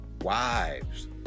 wives